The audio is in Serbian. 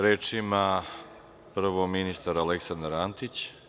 Reč ima prvo ministar Aleksandar Antić.